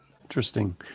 Interesting